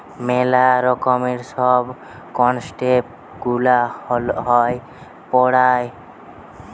মেলা রকমের সব কনসেপ্ট গুলা হয় পড়ার